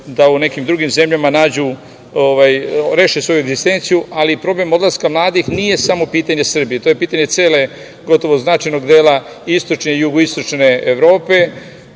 da u nekim drugim zemljama reše svoju egzistenciju, ali problem odlaska mladih nije samo pitanje Srbije. To je pitanje značajnog dela istočne i jugoistočne Evrope. Ranije